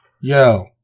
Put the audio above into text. yo